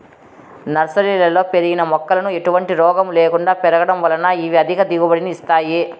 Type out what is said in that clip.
నర్సరీలలో పెరిగిన మొక్కలు ఎటువంటి రోగము లేకుండా పెరగడం వలన ఇవి అధిక దిగుబడిని ఇస్తాయి